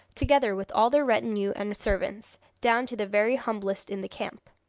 together with all their retinue and servants, down to the very humblest in the camp.